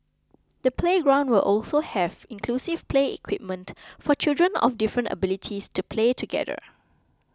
the playground will also have inclusive play equipment for children of different abilities to play together